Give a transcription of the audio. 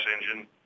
engine